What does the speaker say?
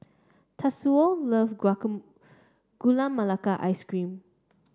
Tatsuo love Gula Melaka Ice Cream